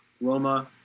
Roma